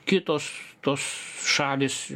kitos tos šalys